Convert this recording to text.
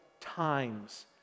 times